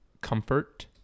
Comfort